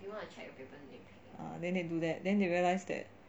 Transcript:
ah they do that then they realised that